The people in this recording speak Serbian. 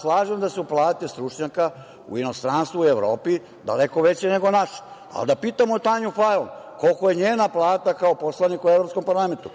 Slažem se da su plate stručnjaka u inostranstvu i Evropi daleko veće nego naše, ali da pitamo Tanju Fajon kolika je njena plata kao poslanika u Evropskom parlamentu